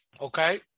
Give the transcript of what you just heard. Okay